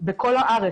בכל הארץ.